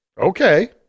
Okay